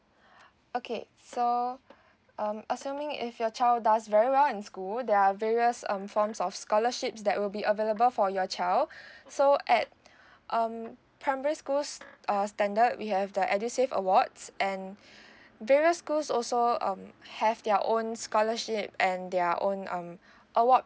okay so um assuming if your child does very well in school there are various um forms of scholarships that will be available for your child so at um primary schools uh standard we have the edusave awards and various schools also um have their own scholarship and their own um award